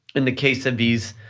in the case of these